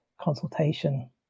consultation